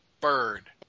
Bird